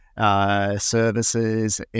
Services